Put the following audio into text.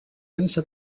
sense